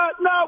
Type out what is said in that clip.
no